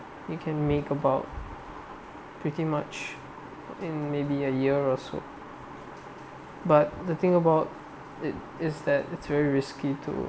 you can make about pretty much in maybe a year or so but to think about it is that very risky to